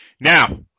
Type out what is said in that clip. Now